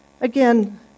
Again